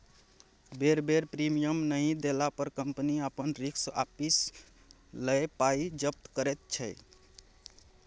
बेर बेर प्रीमियम नहि देला पर कंपनी अपन रिस्क आपिस लए पाइ जब्त करैत छै